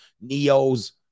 NEO's